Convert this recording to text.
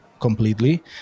completely